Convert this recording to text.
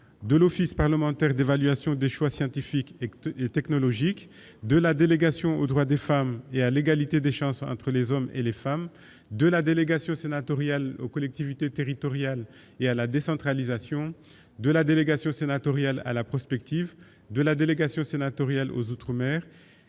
de l'Office parlementaire d'évaluation des choix scientifiques écoutez les technologiques de la délégation aux droits des femmes et à l'égalité des chances entre les hommes et les femmes de la délégation sénatoriale aux collectivités territoriales et à la décentralisation de la délégation sénatoriale à la prospective de la délégation sénatoriale aux Outre- Mer